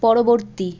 পরবর্তী